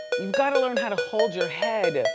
you've gotta learn how to hold your head.